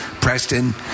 Preston